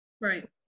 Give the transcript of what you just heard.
Right